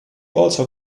also